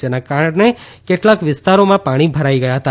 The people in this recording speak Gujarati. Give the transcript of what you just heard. જેના કારણે કેટલાક વિસ્તારોમાં પાણી ભરાઇ ગયા હતા